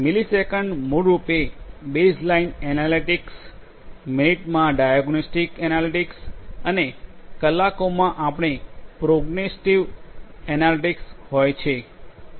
milliseconds મૂળરૂપે baseline analytics મિનિટમાં diagnostic analytics અને કલાકોમાં આપણાં પ્રોગ્નોસ્ટિક એનાલિટિક્સ હોય છે